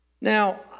Now